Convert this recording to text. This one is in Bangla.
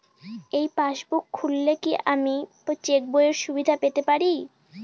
এই পাসবুক খুললে কি আমি চেকবইয়ের সুবিধা পেতে পারি?